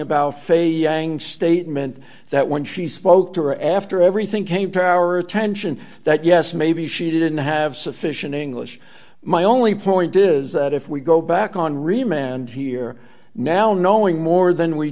yang statement that when she spoke to her after everything came to our attention that yes maybe she didn't have sufficient english my only point is that if we go back on re manned here now knowing more than we